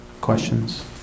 Questions